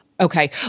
Okay